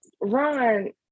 Ron